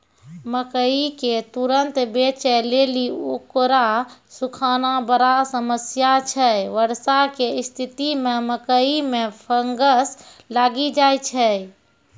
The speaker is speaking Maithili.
मकई के तुरन्त बेचे लेली उकरा सुखाना बड़ा समस्या छैय वर्षा के स्तिथि मे मकई मे फंगस लागि जाय छैय?